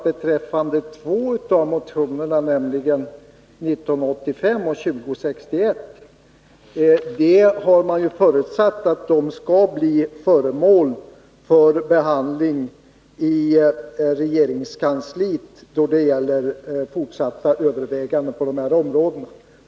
Beträffande två av motionerna, 1985 och 2061, har ju utskottet förutsatt att de skall bli föremål för behandling i regeringskansliet då det gäller fortsatta överväganden på de här områdena.